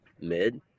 mid